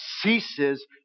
ceases